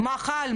מה חל,